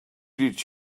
did